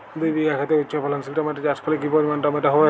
দুই বিঘা খেতে উচ্চফলনশীল টমেটো চাষ করলে কি পরিমাণ টমেটো হবে?